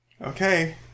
okay